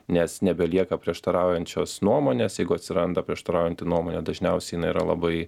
nes nebelieka prieštaraujančios nuomonės jeigu atsiranda prieštaraujanti nuomonė dažniausiai jinai yra labai